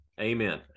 amen